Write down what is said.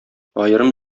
аерым